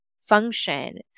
function